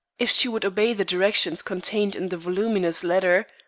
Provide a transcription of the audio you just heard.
if she would obey the directions contained in the voluminous letter,